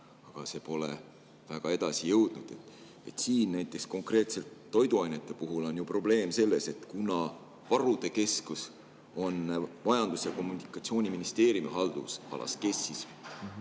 aga see pole väga edasi jõudnud. Näiteks konkreetselt toiduainete puhul on ju probleem selles, et varude keskus on Majandus‑ ja Kommunikatsiooniministeeriumi haldusalas,